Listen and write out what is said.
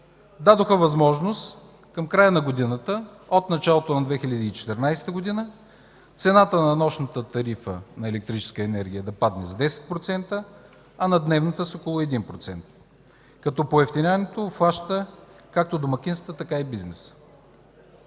дадоха възможност към края на годината, от началото на 2014 г. цената на нощната тарифа на електрическата енергия да падне с 10%, а на дневната – с около 1%. Поевтиняването обхваща както домакинствата, така и бизнеса.